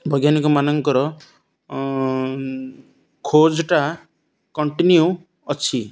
ବୈଜ୍ଞାନିକ ମାନଙ୍କର ଖୋଜଟା କଣ୍ଟିନ୍ୟୁ ଅଛି